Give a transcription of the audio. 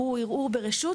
הוא ערעור ברשות,